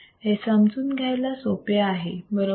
हे समजून घ्यायला सोपे आहे बरोबर